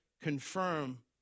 confirm